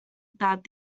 that